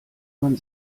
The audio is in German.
man